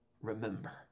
remember